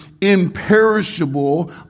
imperishable